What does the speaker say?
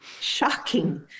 shocking